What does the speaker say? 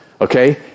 Okay